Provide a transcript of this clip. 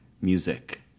music